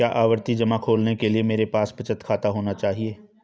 क्या आवर्ती जमा खोलने के लिए मेरे पास बचत खाता होना चाहिए?